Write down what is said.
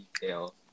detail